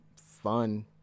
fun